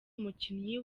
umukinnyi